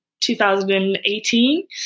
2018